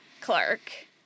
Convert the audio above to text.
Clark